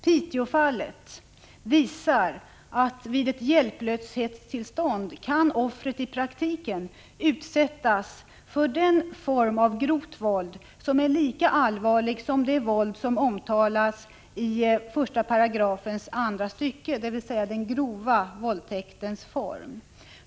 Piteåfallet visar att vid ett hjälplöshetstillstånd kan offret i praktiken utsättas för den form av grovt våld som är lika allvarlig som det våld som omtalas i lagens 1 § andra stycket, dvs. den grova våldtäktens form.